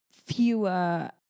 Fewer